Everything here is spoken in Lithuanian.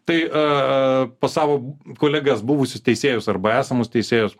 tai a pas savo kolegas buvusius teisėjus arba esamus teisėjus